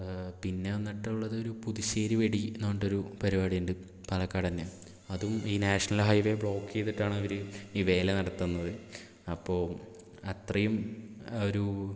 പിന്നെ വന്നിട്ടുള്ളതൊരു പുതുശ്ശേരി വെടിയെന്ന് പറഞ്ഞിട്ടൊരു പരിപാടിയുണ്ട് പാലക്കാട് തന്നെ അതും ഈ നാഷണൽ ഹൈവേ ബ്ലോക്ക് ചെയ്തിട്ടാണ് അവർ ഈ വേല നടത്തുന്നത് അപ്പോൾ അത്രയും ഒരു